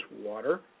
water